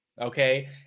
okay